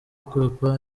gukwepa